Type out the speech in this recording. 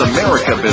America